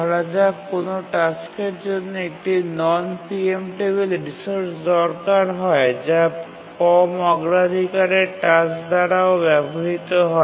ধরা যাক কোনও টাস্কের জন্য একটি নন প্রিএম্পটেবিল রিসোর্স দরকার হয় যা কম অগ্রাধিকারের টাস্ক দ্বারাও ব্যবহৃত হয়